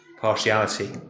partiality